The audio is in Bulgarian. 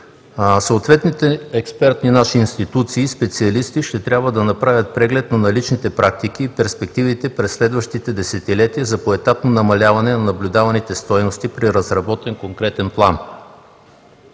съответните експертни наши институции и специалисти да направят преглед на наличните практики и перспективите през следващите десетилетия за поетапно намаляване на наблюдаваните стойности при разработен конкретен план.